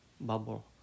bubble